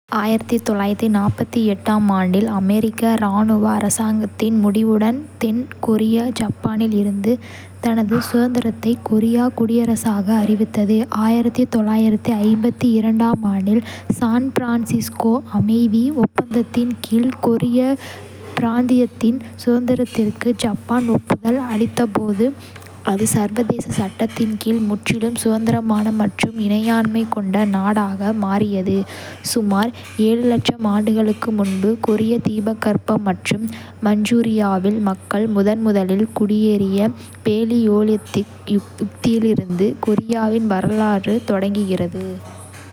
ஆம் ஆண்டில், அமெரிக்க இராணுவ அரசாங்கத்தின் முடிவுடன், தென் கொரியா ஜப்பானில் இருந்து தனது சுதந்திரத்தை கொரியா குடியரசாக அறிவித்தது. ஆம் ஆண்டில், சான் பிரான்சிஸ்கோ அமைதி ஒப்பந்தத்தின் கீழ் கொரிய பிராந்தியத்தின் சுதந்திரத்திற்கு ஜப்பான் ஒப்புதல் அளித்தபோது, ​​அது சர்வதேச சட்டத்தின் கீழ் முற்றிலும் சுதந்திரமான மற்றும் இறையாண்மை கொண்ட நாடாக மாறியது. சுமார் ஆண்டுகளுக்கு முன்பு கொரிய தீபகற்பம் மற்றும் மஞ்சூரியாவில் மக்கள் முதன்முதலில் குடியேறிய பேலியோலிதிக் யுகத்திலிருந்து கொரியாவின் வரலாறு தொடங்குகிறது.